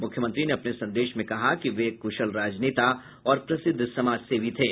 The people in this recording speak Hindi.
मुख्यमंत्री ने अपने संदेश में कहा कि वे एक कुशल राजनेता और प्रसिद्ध समाजसेवी थे